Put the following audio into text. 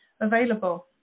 available